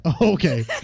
Okay